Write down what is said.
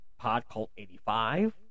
podcult85